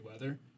weather